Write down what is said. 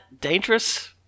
dangerous